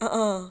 a'ah